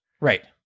Right